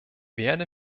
werde